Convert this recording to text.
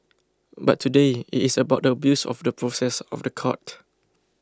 but today it is about the abuse of the process of the court